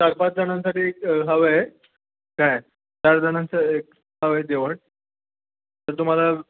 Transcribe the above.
चार पाच जणांसाठी एक हवं आहे काय चार जणांचं एक हवं आहे जेवण तर तुम्हाला